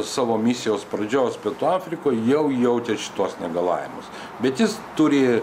savo misijos pradžios pietų afrikoj jau jaučia šituos negalavimus bet jis turi